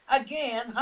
again